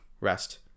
rest